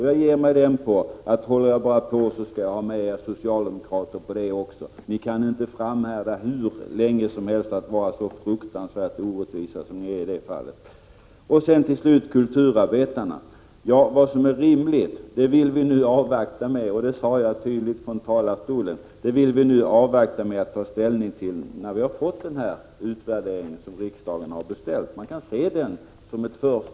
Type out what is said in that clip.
Jag ger mig den på att om jag bara håller på så skall jag få med er socialdemokrater på detta också. Ni kan inte framhärda hur länge som helst i att vara så fruktansvärt orättvisa som ni är i det fallet. När det slutligen gäller kulturarbetarna vill vi nu avvakta med att ta ställning till vad som är rimligt — det sade jag tydligt från talarstolen — tills vi har fått den utvärdering som riksdagen har beställt. Man kan se den som ett = Prot.